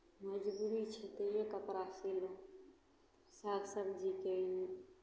मजबूरी छै तैयो कपड़ा सीलहुँ साग सब्जीके लिए